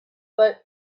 but